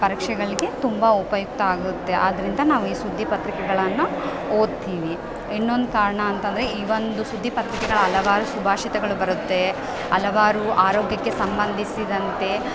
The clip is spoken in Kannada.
ಪರೀಕ್ಷೆಗಳಿಗೆ ತುಂಬ ಉಪಯುಕ್ತ ಆಗುತ್ತೆ ಆದ್ದರಿಂದ ನಾವು ಈ ಸುದ್ದಿ ಪತ್ರಿಕೆಗಳನ್ನ ಓದ್ತೀವಿ ಇನ್ನೊಂದು ಕಾರಣ ಅಂತಂದರೆ ಇವೊಂದು ಸುದ್ದಿ ಪತ್ರಿಕೆಗಳ ಹಲವಾರು ಸುಭಾಷಿತಗಳು ಬರುತ್ತೆ ಹಲವಾರು ಆರೋಗ್ಯಕ್ಕೆ ಸಂಬಂಧಿಸಿದಂತೆ